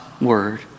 word